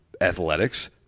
athletics